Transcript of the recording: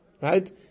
Right